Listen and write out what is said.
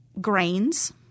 grains